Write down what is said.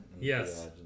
Yes